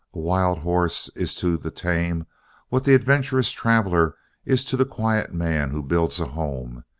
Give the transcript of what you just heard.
a wild horse is to the tame what the adventurous traveller is to the quiet man who builds a home,